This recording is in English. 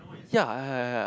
ya ya ya ya